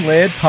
Lead